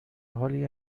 حالی